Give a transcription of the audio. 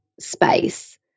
space